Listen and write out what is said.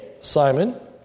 Simon